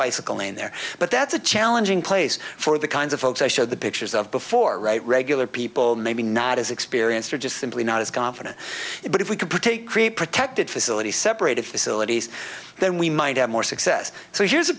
bicycle lane there but that's a challenging place for the kinds of folks i showed the pictures of before right regular people maybe not as experienced or just simply not as confident but if we could put a create protected facility separated facilities then we might have more success so here's a